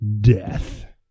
death